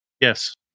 Yes